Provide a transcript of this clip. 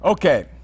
Okay